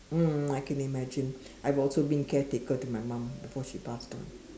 mm I can imagine I've also been caretaker to my mum before she passed on